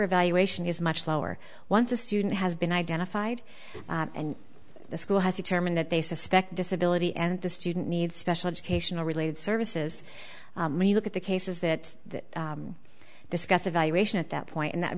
evaluation is much lower once a student has been identified and the school has determined that they suspect disability and the student need special educational related services many look at the cases that the discuss evaluation at that point and